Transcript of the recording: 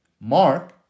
Mark